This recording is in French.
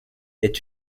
est